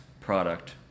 product